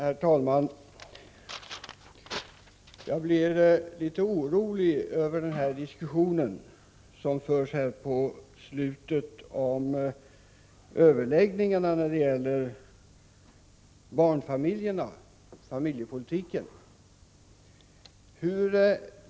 Herr talman! Jag blir litet orolig över den diskussion som förts här på slutet om överläggningarna när det gäller barnfamiljerna och familjepolitiken.